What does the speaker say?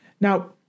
Now